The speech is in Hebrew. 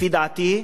לפי דעתי,